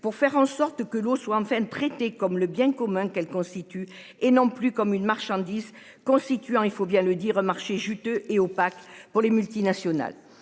pour faire en sorte que l'eau soit enfin traitée comme le bien commun qu'elle constitue et non plus comme une marchandise constituant, il faut bien le dire au marché juteux et opaque pour les multinationales.